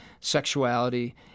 sexuality